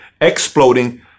Exploding